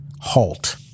halt